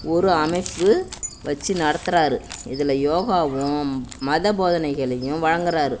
ஒரு அமைப்பு வச்சு நடத்துகிறாரு இதில் யோகாவும் மத போதனைகளையும் வழங்கிறாரு